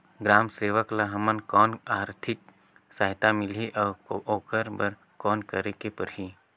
ग्राम सेवक ल हमला कौन आरथिक सहायता मिलही अउ ओकर बर कौन करे के परही?